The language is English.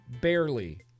Barely